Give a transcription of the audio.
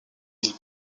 iles